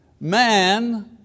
Man